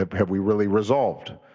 ah have we really resolved